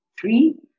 three